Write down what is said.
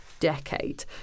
decade